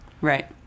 Right